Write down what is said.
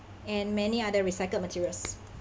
and many other recycled materials